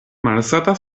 malsata